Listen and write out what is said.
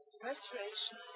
Restoration